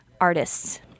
artists